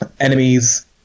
enemies